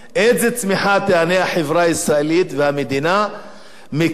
מאיזה צמיחה ייהנו החברה הישראלית והמדינה מכך